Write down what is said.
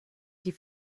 die